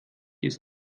ist